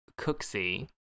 Cooksey